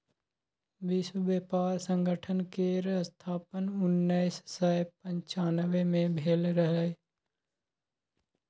विश्व बेपार संगठन केर स्थापन उन्नैस सय पनचानबे मे भेल रहय